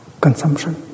consumption